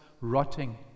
rotting